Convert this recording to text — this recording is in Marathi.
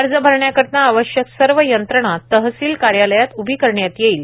अर्ज भरण्याकरिता आवश्यक सर्व यंत्रणा तहसील कार्यालयात उभी करण्यात येईल